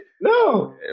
no